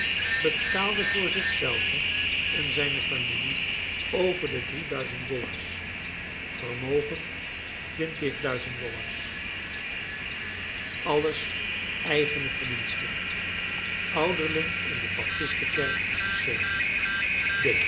betaalde voor zich zelven en zijne familie over de drie duizend dollars vermogen twintig duizend dollars alles eigen verdienste ouderling in de baptistenkerk